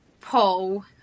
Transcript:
Paul